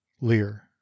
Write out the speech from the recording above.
Lear